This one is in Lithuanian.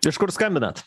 iš kur skambinat